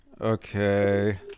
Okay